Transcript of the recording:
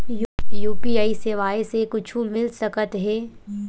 UPI सेवाएं से कुछु मिल सकत हे?